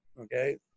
Okay